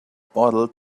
bottle